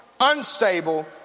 unstable